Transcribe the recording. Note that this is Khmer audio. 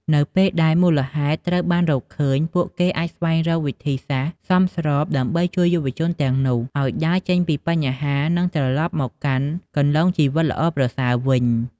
នៅពេលដែលមូលហេតុត្រូវបានរកឃើញ ពួកគេអាច ស្វែងរកវិធីសាស្រ្តសមស្របដើម្បីជួយយុវជនទាំងនោះ ឱ្យដើរចេញពីបញ្ហា និងត្រឡប់មកកាន់គន្លងជីវិតល្អប្រសើរវិញ។